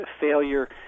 failure